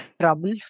trouble